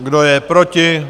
Kdo je proti?